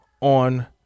on